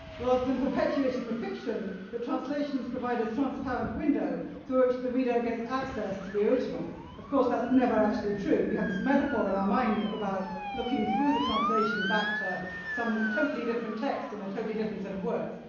rather than perpetuating the fiction, the translations provide a transparent window through which the reader gets access to the original. of course, that's never actually true. we have this metaphor in our mind about looking through the translation back to some totally different text in a totally different set of words.